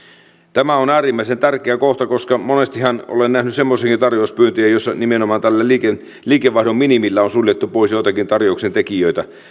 tämä on äärimmäisen tärkeä kohta koska monestihan olen nähnyt semmoisiakin tarjouspyyntöjä joissa nimenomaan tällä liikevaihdon minimillä on suljettu pois joitakin tarjouksen tekijöitä